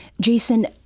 Jason